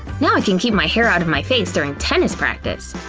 now i can keep my hair out of my face during tennis practice!